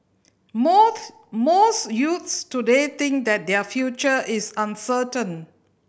most most youths today think that their future is uncertain